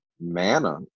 manna